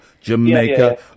Jamaica